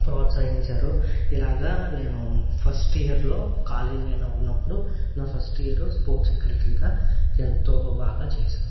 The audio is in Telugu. ప్రోత్సహించారు ఇలాగ నేను ఫస్ట్ ఇయర్లో కాలేజ్ ఆయన ఉన్నప్పుడు నా ఫస్ట్ ఇయర్ స్పోర్ట్స్ సెక్రటరీగా ఎంతో బాగా చేసాను